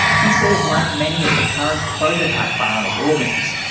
he says like many of the current prototype bionic organs,